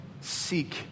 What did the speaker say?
seek